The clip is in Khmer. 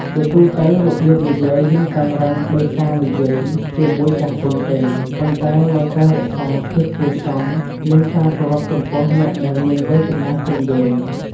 ជាទូទៅ របៀបនិយាយមិនតឹងរឹងដូចការនិយាយជាមួយចាស់ទុំទេ ប៉ុន្តែនៅតែរក្សាភាពគួរសម និងការគោរពចំពោះអ្នកដែលមានវ័យចំណាស់ជាងយើង។